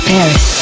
Paris